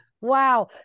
wow